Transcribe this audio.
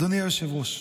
אדוני היושב-ראש,